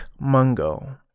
Mungo